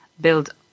build